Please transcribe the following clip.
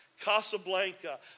Casablanca